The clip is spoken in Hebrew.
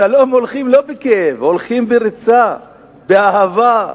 לשלום הולכים לא בכאב, הולכים בריצה, באהבה.